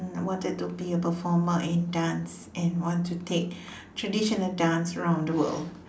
um wanted to be a performer in dance and want to take traditional dance around the world